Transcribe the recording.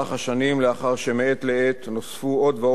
לאחר שמעת לעת נוספו עוד ועוד הטבות,